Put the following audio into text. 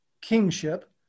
kingship